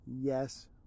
yes